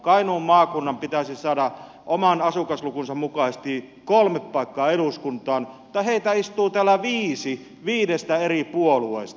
kainuun maakunnan pitäisi saada oman asukaslukunsa mukaisesti kolme paikkaa eduskuntaan mutta heitä istuu täällä viisi viidestä eri puolueesta